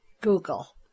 Google